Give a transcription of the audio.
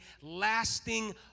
lasting